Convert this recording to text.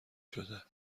شده